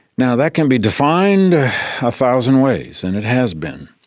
now, that can be defined a thousand ways, and it has been.